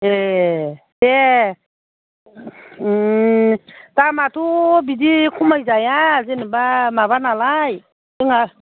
ए दे उम दामआथ' बिदि खमाय जाया जेनबा माबा नालाय जोंहा